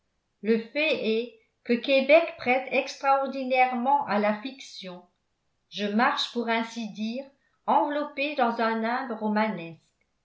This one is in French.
le fait est que québec prête extraordinairement à la fiction je marche pour ainsi dire enveloppée dans un nimbe romanesque